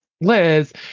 Liz